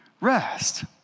rest